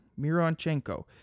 Mironchenko